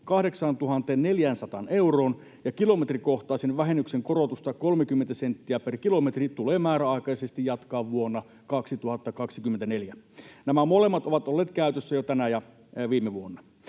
8 400 euroon ja kilometrikohtaisen vähennyksen korotusta 30 senttiä per kilometri tulee määräaikaisesti jatkaa vuonna 2024. Nämä molemmat ovat olleet käytössä jo tänä ja viime vuonna.